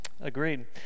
Agreed